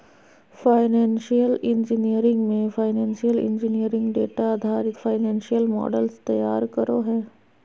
financial engineering मे financial engineer data आधारित financial models तैयार करो हय